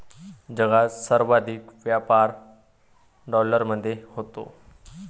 जगात सर्वाधिक व्यापार डॉलरमध्ये होतो